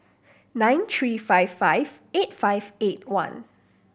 nine three five five eight five eight one